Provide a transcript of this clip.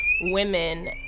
women